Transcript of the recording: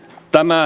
oho